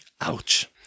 Ouch